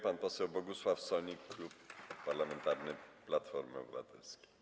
Pan poseł Bogusław Sonik, Klub Parlamentarny Platforma Obywatelska.